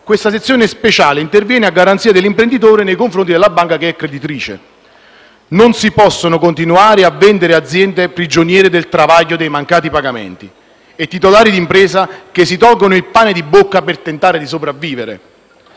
questa sezione speciale interviene a garanzia dell'imprenditore nei confronti della banca creditrice. Non si possono continuare a vedere aziende prigioniere del travaglio dei mancati pagamenti, con titolari di impresa che si tolgono il pane di bocca per tentare di sopravvivere.